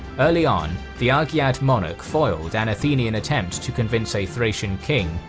early on, the argead monarch foiled an athenian attempt to convince a thracian king,